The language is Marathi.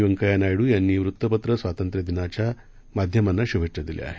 व्यंकय्या नायडू यांनी वृत्तपत्र स्वातंत्र्य दिनाच्या माध्यमांना शुभेच्छा दिल्या आहेत